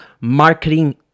marketing